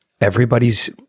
Everybody's